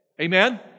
Amen